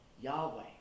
Yahweh